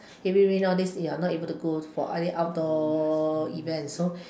heavy rain all these you are not able to go for any outdoor events so